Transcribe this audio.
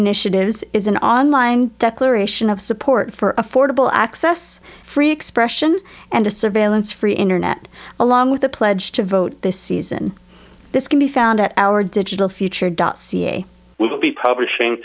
initiatives is an online declaration of support for affordable access free expression and a surveillance free internet along with the pledge to vote this season this can be found at our digital future dot ca we will be publishing